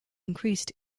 increased